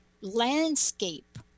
landscape